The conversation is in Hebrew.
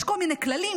יש כל מיני כללים,